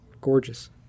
gorgeous